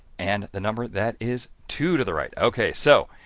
and the number that is two to the right. ok so,